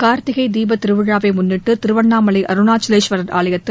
கார்த்திகை தீபத் திருவிழாவை முன்னிட்டு திருவண்ணாமலை அருணாச்சலேஸ்வரர் ஆலயத்தில்